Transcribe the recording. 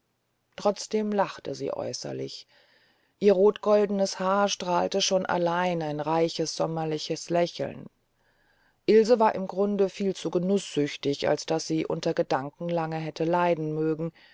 trotzdem lachte sie äußerlich ihr rotgoldenes haar strahlte schon allein ein reiches sommerliches lächeln ilse war im grunde viel zu genußsüchtig als daß sie unter gedanken lange hätte leiden mögen